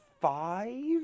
five